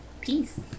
Peace